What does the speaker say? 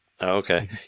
Okay